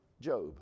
Job